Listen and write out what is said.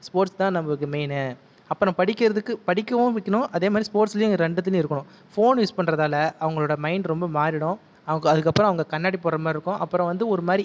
sports தான் நம்மளுக்கு மெயின்னு அப்புறம் படிக்கிறதுக்கு படிக்கவும் வைக்கணும் அதே மாதிரி ஸ்போர்ட்ஸ்லேயும் ரெண்டுத்துலேயும் இருக்கணும் ஃபோன் யூஸ் பண்ணுறதால அவங்களோடய மைண்டு ரொம்ப மாறிவிடும் அவங்கள் அதுக்கப்புறம் அவங்கள் கண்ணாடி போடுகிற மாதிரி இருக்கும் அப்புறம் வந்து ஒரு மாதிரி